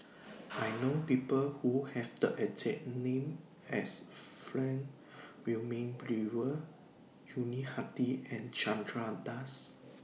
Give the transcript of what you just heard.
I know People Who Have The name as Frank Wilmin Brewer Yuni Hadi and Chandra Das